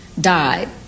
died